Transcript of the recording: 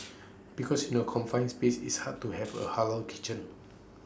because in A confined space is hard to have A Halal kitchen